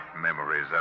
memories